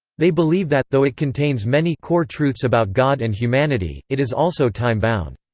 they believe that, though it contains many core-truths about god and humanity, it is also time bound.